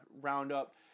roundup